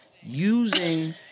using